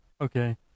okay